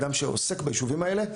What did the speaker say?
אדם שעוסק ביישובים האלה.